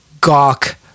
gawk